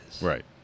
Right